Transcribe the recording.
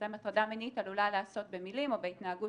שאצלם הטרדה מינית עלולה להיעשות במילים או בהתנהגות